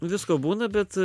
visko būna bet